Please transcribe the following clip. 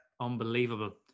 unbelievable